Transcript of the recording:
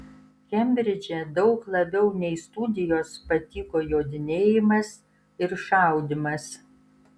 kembridže daug labiau nei studijos patiko jodinėjimas ir šaudymas